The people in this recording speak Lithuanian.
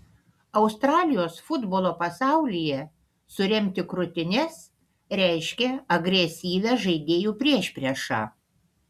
australijos futbolo pasaulyje suremti krūtines reiškia agresyvią žaidėjų priešpriešą